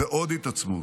ועוד התעצמות.